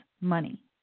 money